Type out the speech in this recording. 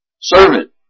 servant